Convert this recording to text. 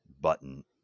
button